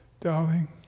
Darling